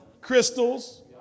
Crystals